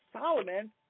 Solomon